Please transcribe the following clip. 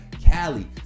cali